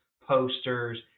posters